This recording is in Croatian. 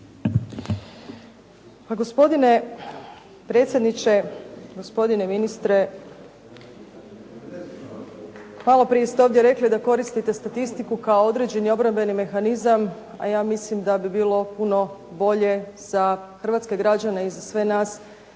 Pa gospodine predsjedniče, gospodine ministre malo prije ste ovdje rekli da koristite statistiku kao određeni obrambeni mehanizam, a ja mislim da bi bilo puno bolje za hrvatske građane i za sve nas